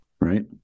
right